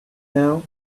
now